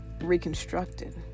reconstructed